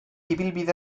ibilbide